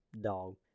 Dog